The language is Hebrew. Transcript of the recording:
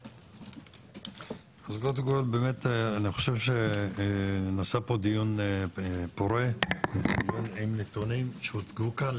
אז באמת אני חושב שנעשה פה דיון פורה עם נתונים שהוצגו כאן.